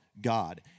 God